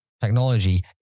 technology